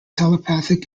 telepathic